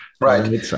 right